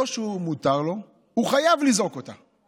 לא שמותר לו, הוא חייב לזעוק אותה.